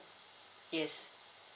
yes